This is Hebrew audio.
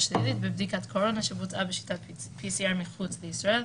שלילית בבדיקת קורונה שבוצעה בשיטת pcr מחוץ לישראל"".